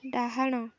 ଡାହାଣ